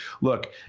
Look